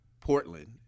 Portland